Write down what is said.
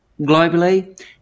globally